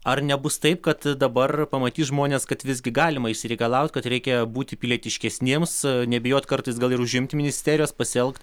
ar nebus taip kad dabar pamatys žmonės kad visgi galima išsireikalauti kad reikia būti pilietiškesniems nebijot kartais gal ir užimti ministerijos pasielgt